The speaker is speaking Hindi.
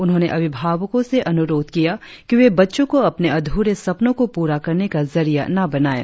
उन्होंने अभिभावकों से अनुरोध किया कि वे बच्चों को अपने अधूरे सपनों को पूरा करने का जरिया न बनायें